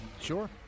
Sure